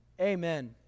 amen